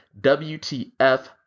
wtf